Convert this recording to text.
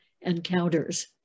encounters